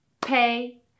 pay